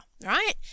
right